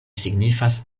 signifas